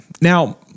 Now